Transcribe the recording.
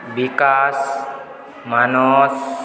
Bikash Manas